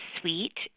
sweet